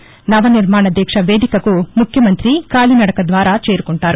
నవ నిర్మాణ దీక్ష వేదికకు ముఖ్యమంత్రి కాలినదక ద్వారా చేరుకుంటారు